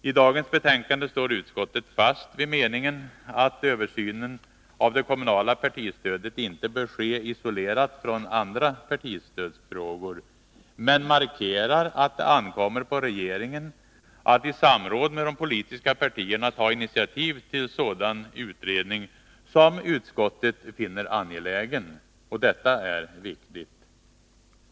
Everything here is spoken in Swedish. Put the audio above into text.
I dagens betänkande står utskottet fast vid meningen att översynen av det kommunala partistödet inte bör ske isolerad från andra partistödsfrågor, men utskottet markerar att det ankommer på regeringen att i samråd med de politiska partierna ta initativ till en sådan utredning, som utskottet finner angelägen. Detta är viktigt.